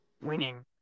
Winning